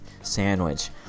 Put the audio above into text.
sandwich